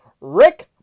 Rick